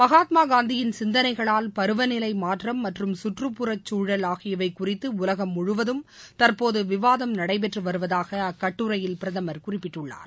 மகாத்மாகாந்தியின் சிந்தனைகளால் பருவநிலை மாற்றம் மற்றும் சுற்றுப்புறச்சூழல் ஆகியவை குறித்து உலகம் முழுவதும் தற்போது விவாதம் நடைபெற்று வருவதாக அக்கட்டுரையில் பிரதமர் குறிப்பிட்டுள்ளார்